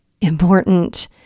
important